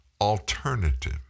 alternative